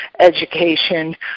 education